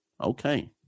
Okay